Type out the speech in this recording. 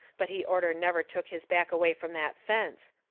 but he orter never took his back away from that fence.